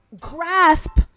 grasp